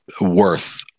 worth